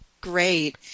great